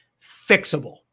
fixable